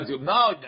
now